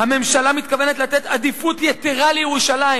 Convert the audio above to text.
"הממשלה מתכוונת לתת עדיפות יתירה לירושלים"